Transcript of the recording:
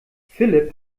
philipp